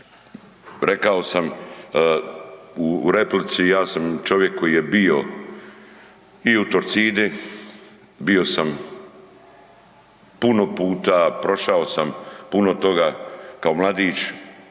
rekao sam u replici, ja sam čovjek koji je bio i u Torcidi, bio sam puno puta, prošao sam puno toga kao mladić,